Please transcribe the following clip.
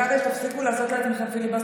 קרעי, תפסיקו לעשות לעצמכם פיליבסטר.